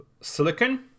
silicon